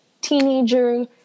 teenager